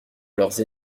leurs